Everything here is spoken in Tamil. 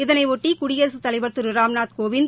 இதனையொட்டி குடியரசுத் தலைவர் திரு ராம்நாத் கோவிந்த்